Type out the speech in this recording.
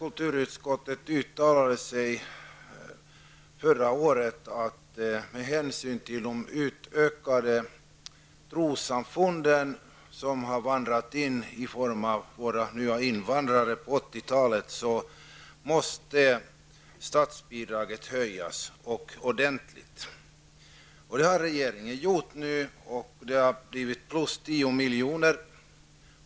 Kulturutskottet uttalade förra året att statsbidraget till trossamfund måste höjas ordentligt med hänsyn till det ökade antalet invandrare under 1980-talet. Det har regeringen nu gjort. Det har blivit plus 10 miljoner.